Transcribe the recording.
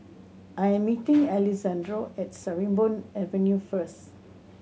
I am meeting Alessandro at Sarimbun Avenue first